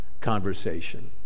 conversation